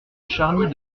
charny